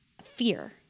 fear